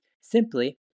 simply